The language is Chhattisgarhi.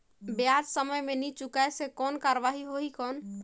ब्याज समय मे नी चुकाय से कोई कार्रवाही होही कौन?